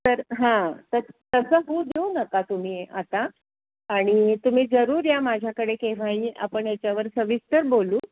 तर हां तर तसं होऊ देऊ नका तुम्ही आता आणि तुम्ही जरूर या माझ्याकडे केव्हाही आपण याच्यावर सविस्तर बोलू